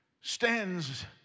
stands